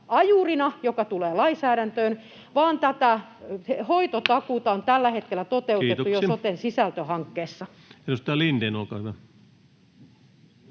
joka tulee lainsäädäntöön, vaan tätä hoitotakuuta on tällä hetkellä toteutettu jo soten sisältöhankkeessa.